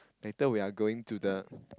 later we are going to the